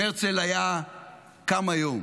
אם הרצל היה קם היום